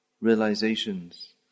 realizations